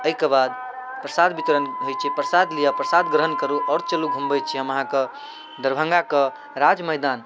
ताहिके बाद परसाद वितरण होइ छै परसाद लिअऽ परसाद ग्रहण करू आओर चलू घुमबै छी हम अहाँके दरभङ्गाके राज मैदान